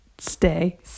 Stay